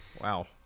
Wow